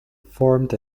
formed